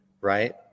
Right